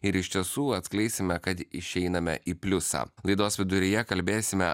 ir iš tiesų atskleisime kad išeiname į pliusą laidos viduryje kalbėsime